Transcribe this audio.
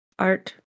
art